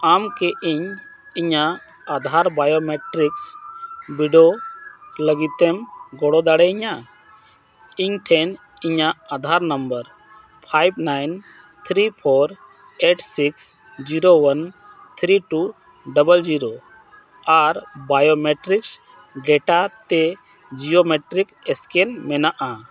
ᱟᱢ ᱠᱤ ᱤᱧ ᱤᱧᱟᱹᱜ ᱟᱫᱷᱟᱨ ᱵᱟᱭᱳᱢᱮᱴᱨᱤᱠ ᱵᱤᱰᱟᱹᱣ ᱞᱟᱹᱜᱤᱫ ᱮᱢ ᱜᱚᱲᱚ ᱫᱟᱲᱮᱭᱤᱧᱟ ᱤᱧ ᱴᱷᱮᱱ ᱤᱧᱟᱹᱜ Aadhaar number five nine three four eight six zero one three two double zero ᱟᱨ ᱵᱟᱭᱳᱢᱮᱴᱨᱤᱠ ᱰᱮᱴᱟ ᱛᱮ ᱡᱤᱭᱳ ᱢᱮᱴᱨᱤᱠ ᱥᱠᱮᱱ ᱢᱮᱱᱟᱜᱼᱟ